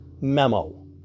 memo